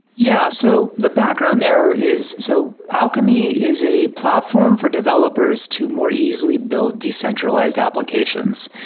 yeah. so the background there is so alchemy is a platform for developers to more easily build decentralized applications.